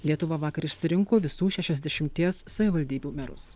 lietuva vakar išsirinko visų šešiasdešimties savivaldybių merus